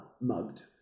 mugged